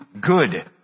good